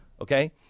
Okay